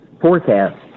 forecast